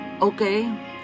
okay